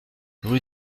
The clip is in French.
rue